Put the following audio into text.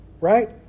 right